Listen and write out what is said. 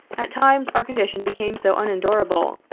at times our condition became so unendurable,